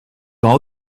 all